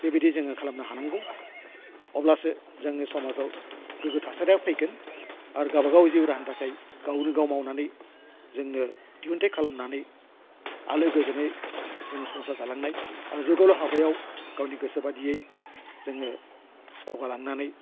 बेबायदि जोङो खालामनो हानांगौ अब्लासो जोंनि समाजाव गोग्गो थासारिया फैगोन आरो गावबा गाव जिउ राहानि थाखाय गावनो गाव मावनानै जोंनो दिहुनथाइ खालामनानै आलो गोजोनै जों संसार जालांनाय आरो जौगालु हाबायाव गावनि गोसो बायदियै जोङो दावगालांनानै